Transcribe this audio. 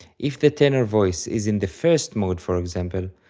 if the tenor voice is in the first mode for example,